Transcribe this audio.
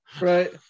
Right